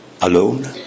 alone